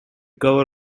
cover